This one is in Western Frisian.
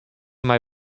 mei